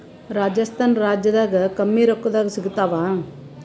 ರಾಜಸ್ಥಾನ ರಾಜ್ಯದಾಗ ಕಮ್ಮಿ ರೊಕ್ಕದಾಗ ಸಿಗತ್ತಾವಾ?